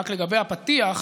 רק לגבי הפתיח,